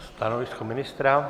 Stanovisko ministra?